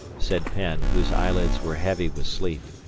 said penn, whose eyelids were heavy with sleep.